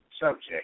subject